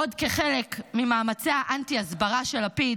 עוד כחלק ממאמצי האנטי-הסברה של לפיד